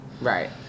Right